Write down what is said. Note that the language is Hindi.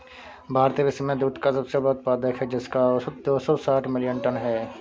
भारत विश्व में दुग्ध का सबसे बड़ा उत्पादक है, जिसका औसत दो सौ साठ मिलियन टन है